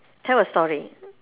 tell a story